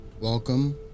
welcome